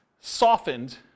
softened